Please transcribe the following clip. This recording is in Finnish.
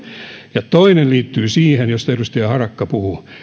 ja toinen asia liittyy siihen mistä edustaja harakka puhui ja mitä